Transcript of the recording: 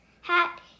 hat